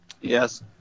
Yes